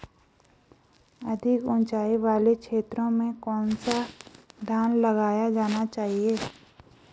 अधिक उँचाई वाले क्षेत्रों में कौन सा धान लगाया जाना चाहिए?